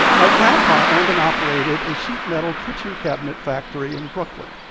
my grandpa owned and operated a sheet metal kitchen cabinet factory in brooklyn.